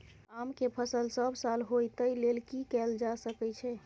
आम के फसल सब साल होय तै लेल की कैल जा सकै छै?